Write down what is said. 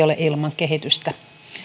ole ilman kehitystä